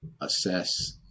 assess